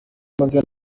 mubyo